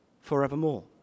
forevermore